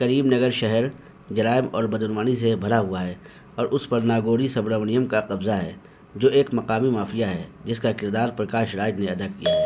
کریم نگر شہر جرائم اور بدعنوانی سے بھرا ہوا ہے اور اس پر ناگوری سبرامنیم کا قبضہ ہے جو ایک مقامی مافیا ہے جس کا کردار پرکاش راج نے ادا کیا ہے